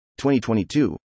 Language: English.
2022